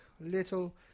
little